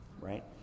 right